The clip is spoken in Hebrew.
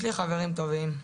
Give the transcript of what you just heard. יש לי חברים טובים,